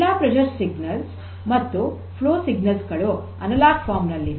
ಎಲ್ಲ ಒತ್ತಡ ಸಂಕೇತಗಳು ಮತ್ತು ಹರಿವಿನ ಸಂಕೇತಗಳು ಅನಲಾಗ್ ಫಾರಂ ನಲ್ಲಿವೆ